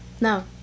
No